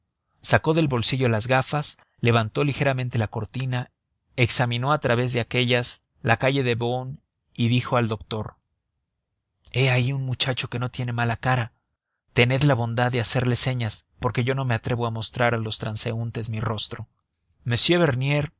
sacó del bolsillo las gafas levantó ligeramente la cortina examinó a través de aquéllas la calle de beaune y dijo al doctor he ahí a un muchacho que no tiene mala cara tened la bondad de hacerle señas porque yo no me atrevo a mostrar a los transeúntes mi rostro